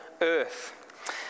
earth